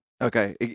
Okay